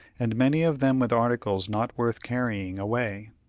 and many of them with articles not worth carrying away.